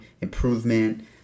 improvement